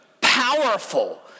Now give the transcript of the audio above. powerful